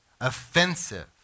offensive